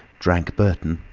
drank burton,